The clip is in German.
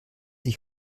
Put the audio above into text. ich